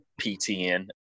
PTN